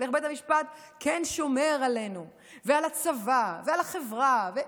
כן שומר עלינו ועל הצבא ועל החברה.